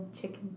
chicken